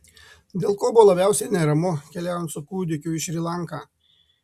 dėl ko buvo labiausiai neramu keliaujant su kūdikiu į šri lanką